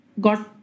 got